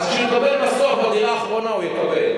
אז כשהוא יבנה בסוף את הדירה האחרונה הוא יקבל.